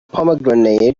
pomegranate